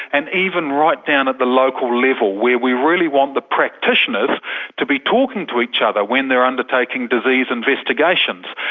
and even right down at the local level where we really want the practitioners to be talking to each other when they are undertaking disease investigations,